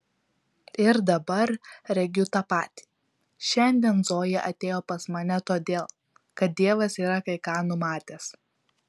ir dabar regiu tą patį šiandien zoja atėjo pas mane todėl kad dievas yra kai ką numatęs